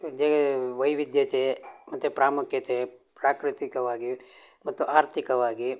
ದೆ ವ್ಯೆವಿಧ್ಯತೆ ಮತ್ತು ಪ್ರಾಮುಖ್ಯತೆ ಪ್ರಾಕೃತಿಕವಾಗಿ ಮತ್ತು ಆರ್ಥಿಕವಾಗಿ